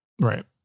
Right